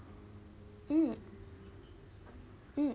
mm mm